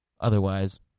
Otherwise